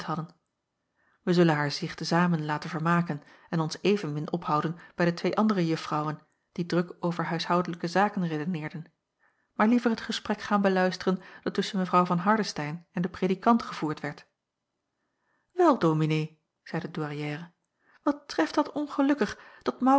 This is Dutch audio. wij zullen haar zich te zamen laten vermaken en ons evenmin ophouden bij de twee andere juffrouwen die druk over huishoudelijke zaken redeneerden maar liever het gesprek gaan beluisteren dat tusschen mw van hardestein en den predikant gevoerd werd wel dominee zeî de douairière wat treft dat ongelukkig